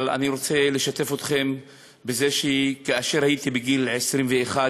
אבל אני רוצה לשתף אתכם שכאשר הייתי בגיל 21,